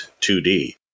2D